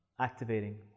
activating